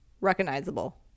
recognizable